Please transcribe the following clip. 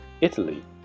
Italy